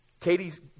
Katie's